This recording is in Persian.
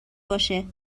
باشه